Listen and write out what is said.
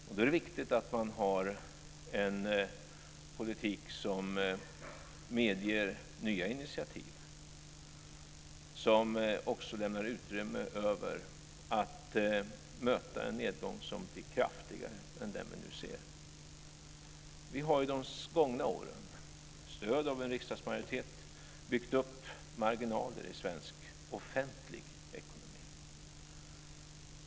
Men då är det viktigt att man för en politik som medger nya initiativ och som också lämnar utrymme för att möta en nedgång som kan bli kraftigare än den som vi nu ser. Vi har under de gångna åren med stöd av en riksdagsmajoritet byggt upp marginaler i svensk offentlig ekonomi.